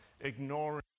Ignoring